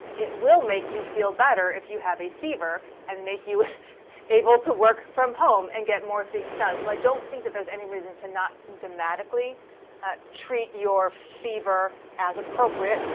it will make you feel better if you have a fever, and make you able to work from home and get more things done. so i don't think that there's any reason to not symptomatically ah treat your fever as appropriate.